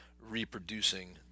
Reproducing